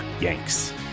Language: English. Yanks